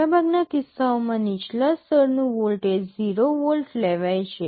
મોટાભાગના કિસ્સાઓમાં નીચલા સ્તરનું વોલ્ટેજ 0 વોલ્ટ લેવાય છે